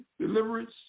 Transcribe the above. deliverance